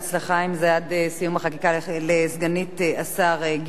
סגנית השר גילה גמליאל,